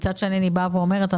מצד שני אני באה ואומרת,